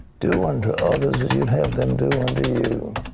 do unto others as you have them do unto you.